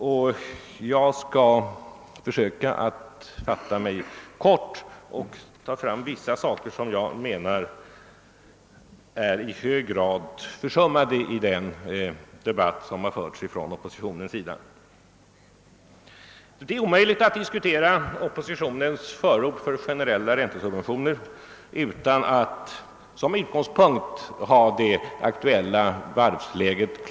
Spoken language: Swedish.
Jag skall med hänsyn härtill försöka att fatta mig kort och framhålla vissa saker som jag menar i hög grad försummats i den debatt som oppositionen fört. Det är omöjligt att diskutera oppositionens förord för generella räntesubventioner utan att som utgångspunkt ha en klar bild av det aktuella varvsläget.